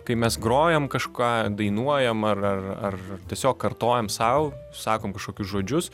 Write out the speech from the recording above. kai mes grojam kažką dainuojam ar ar ar tiesiog kartojam sau sakom kažkokius žodžius